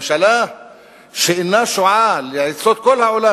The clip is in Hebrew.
ממשלה שאינה שועה לעצות כל העולם